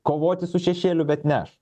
kovoti su šešėliu bet ne aš